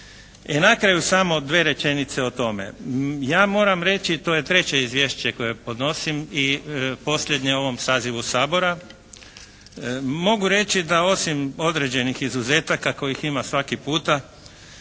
na kraju samo dvije rečenice o tome. Ja moram reći, to je treće izvješće koje podnosim i posljednje u ovom sazivu Sabora, mogu reći da osim određenih izuzetaka kojih ima svaki puta